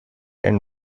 and